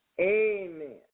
Amen